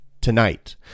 tonight